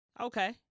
Okay